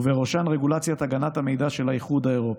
ובראשן רגולציית הגנת המידע של האיחוד האירופי.